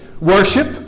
Worship